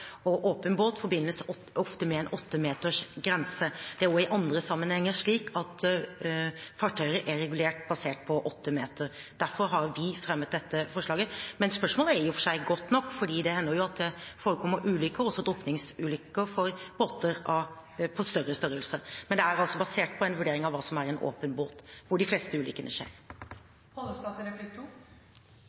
i åpen båt. Åpen båt forbindes ofte med en 8-metersgrense. Det er også i andre sammenhenger slik at fartøyer er regulert basert på åtte meter. Derfor har vi fremmet dette forslaget. Men spørsmålet er i og for seg godt nok, for det hender jo at det forekommer ulykker, også drukningsulykker, fra båter av større størrelse. Men det er altså basert på en vurdering av hva som er en åpen båt, hvor de fleste ulykkene